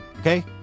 okay